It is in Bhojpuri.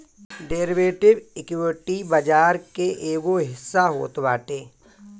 डेरिवेटिव, इक्विटी बाजार के एगो हिस्सा होत बाटे